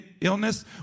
illness